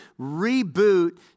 reboot